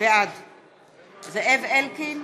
בעד זאב אלקין,